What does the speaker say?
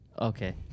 Okay